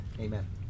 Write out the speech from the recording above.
Amen